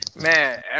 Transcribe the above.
man